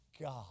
God